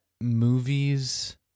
movies